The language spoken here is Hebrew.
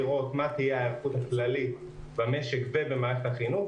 לראות מה תהיה ההיערכות הכללית במשק ובמערכת החינוך,